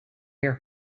here